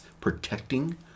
protecting